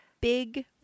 big